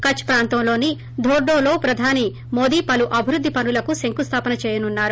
కచ్ ప్రాంతంలోని ధోర్గోలో ప్రధాని మోదీ పలు అభివృద్ధి పనులకు శంకుస్థాపన చేయనున్నారు